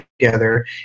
together